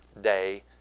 day